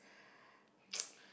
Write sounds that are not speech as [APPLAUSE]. [NOISE]